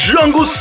Jungle